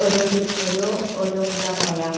ഓരോ ഓരോ ഓരോ എന്താ പറയുക